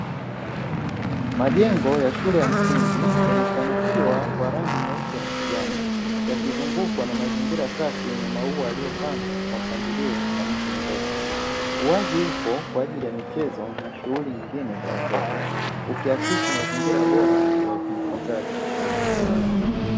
Majengo ya shule ya msingi yamesanifiwa kwa rangi nyeupe na kijani, yakizungukwa na mazingira safi yenye maua yaliyopandwa kwa mpangilio na miti mirefu, uwazi upo kwa ajili ya michezo na shughuli nyingine kwa watoto, ukiakisi mazingira bora ya ujifunzaji.